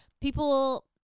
people